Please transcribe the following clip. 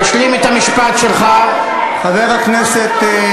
אל תחנך אותנו,